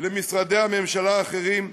במשרדי הממשלה האחרים.